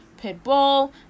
Pitbull